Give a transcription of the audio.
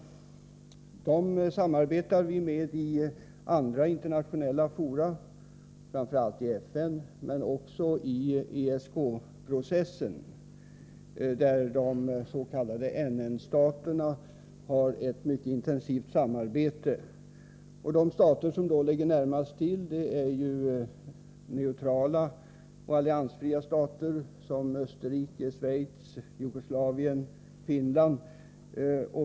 Vi samarbetar med dessa i andra internationella fora, framför allt i FN men också i ESK-processen, där de s.k. NN-staterna har ett mycket intensivt samarbete. De stater som i detta sammanhang närmast kommer i fråga är neutrala och alliansfria länder som Österrike, Schweiz, Jugoslavien och Finland.